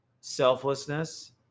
selflessness